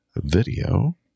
video